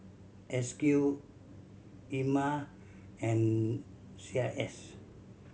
S Q Ema and C I S